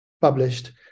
published